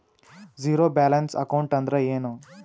Zero balance account ಅಂದ್ರ ಏನು?